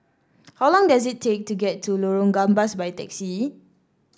how long does it take to get to Lorong Gambas by taxi